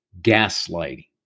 gaslighting